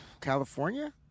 California